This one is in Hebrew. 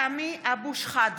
(קוראת בשם חבר הכנסת) סמי אבו שחאדא,